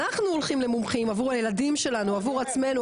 אנחנו הולכים למומחים עבור הילדים שלנו עבור עצמנו,